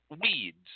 weeds